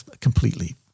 completely